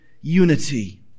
unity